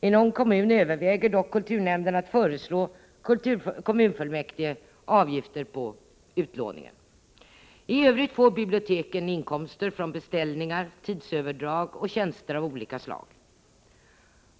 I någon kommun överväger dock kulturnämnden att föreslå kommunfullmäktige avgifter på utlåningen. I övrigt får biblioteken inkomster från beställningar, tidsöverdrag och tjänster av olika slag.